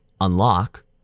unlock